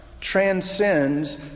transcends